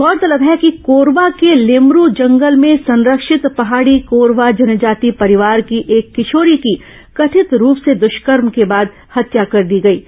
गौरतलब है कि कोरबा के लेमरू जंगल में संरक्षित पहाड़ी कोरवा जनजाति परिवार की एक किशोरी की कथित रूप से दष्कर्म के बाद हत्या कर दी गई है